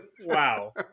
Wow